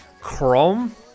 Chrome